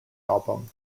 album